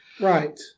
Right